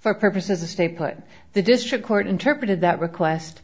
for purposes of stay put the district court interpreted that request